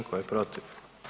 Tko je protiv?